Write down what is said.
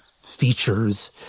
features